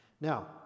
Now